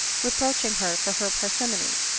reproaching her for her par simony,